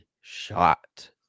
shot